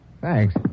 Thanks